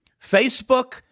Facebook